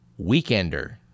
weekender